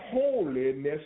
holiness